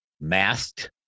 masked